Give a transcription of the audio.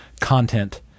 content